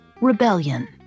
rebellion